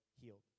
healed